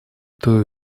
той